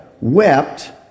wept